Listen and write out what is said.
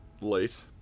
late